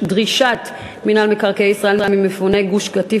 דרישת מינהל מקרקעי ישראל ממפוני גוש-קטיף